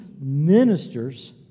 ministers